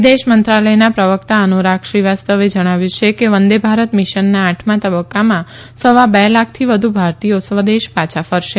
વિદેશ મંત્રાલયના પ્રવક્તા અનુરાગ શ્રીવાસ્તવે જણાવ્યું છે કે વંદે ભારત મીશનના આઠમા તબક્કામાં સવા બે લાખથી વધુ ભારતીયો સ્વદેશ પાછા ફરશે